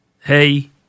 hey